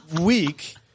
week